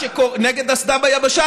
נגד אסדה ביבשה,